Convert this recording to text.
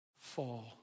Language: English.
Fall